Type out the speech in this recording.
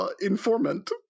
informant